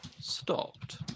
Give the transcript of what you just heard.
stopped